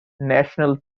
national